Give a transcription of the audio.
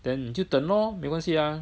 then 你就等咯没关系啊